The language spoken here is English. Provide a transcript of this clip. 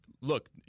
Look